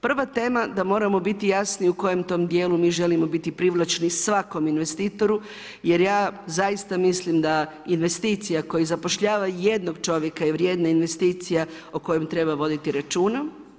Prva tema da moramo biti jasni u kojem tom djelu mi želimo biti privlačni svakom investitoru jer ja zaista mislim da investicija koja zapošljava jednog čovjeka je vrijedna investicija o kojoj treba voditi računa.